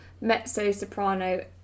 mezzo-soprano